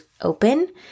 open